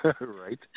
Right